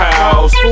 House